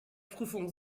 prüfung